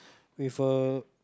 with a